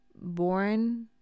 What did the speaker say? born